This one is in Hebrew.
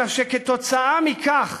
אלא שכתוצאה מכך